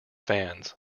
fans